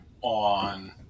on